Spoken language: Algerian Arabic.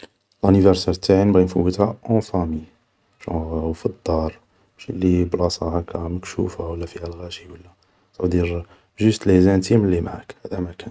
لانيفارسار تاعي نبغي نفوتها اون فامي, جونغ و في الدار ماسي في بلاصة هاكا مكشوفة ولا فيها غاشي ولا, سافودير جوست لي زانتيم اللي معاك, هادا مكان